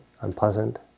unpleasant